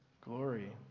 glory